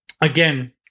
again